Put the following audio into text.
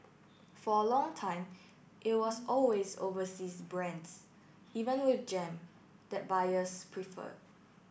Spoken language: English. for a long time it was always overseas brands even with jam that buyers preferred